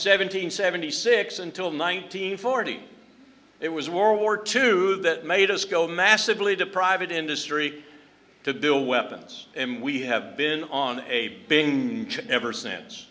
hundred seventy six until nineteen forty it was world war two that made us go massively to private industry to build weapons and we have been on a bang ever since